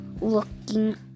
looking